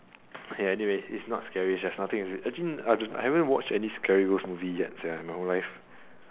ya anyways it's not scary there's nothing actually I have not watched any scary ghost movies yet in my whole life